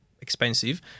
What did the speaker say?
expensive